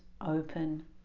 open